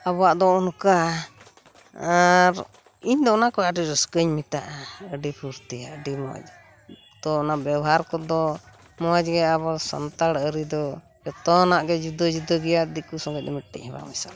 ᱟᱵᱚᱣᱟᱜ ᱫᱚ ᱚᱱᱠᱟ ᱟᱨ ᱤᱧ ᱫᱚ ᱚᱱᱟ ᱠᱚ ᱟᱹᱰᱤ ᱨᱟᱹᱥᱠᱟᱹᱧ ᱢᱮᱛᱟᱜᱼᱟ ᱟᱹᱰᱤ ᱯᱷᱨᱛᱤ ᱟᱹᱰᱤ ᱢᱚᱸᱡᱽ ᱛᱚ ᱚᱱᱟ ᱵᱮᱣᱦᱟᱨ ᱠᱚᱫᱚ ᱢᱚᱸᱡᱽᱜᱮ ᱟᱵᱚ ᱥᱟᱱᱛᱟᱲ ᱟᱹᱨᱤ ᱫᱚ ᱡᱚᱛᱚᱱᱟᱜ ᱜᱮ ᱡᱩᱫᱟᱹ ᱡᱩᱫᱟᱹ ᱜᱮᱭᱟ ᱫᱤᱠᱩ ᱥᱚᱸᱜᱮ ᱫᱚ ᱢᱤᱫᱴᱮᱡ ᱦᱚᱸ ᱵᱟᱝ ᱢᱮᱥᱟᱞᱚᱜᱼᱟ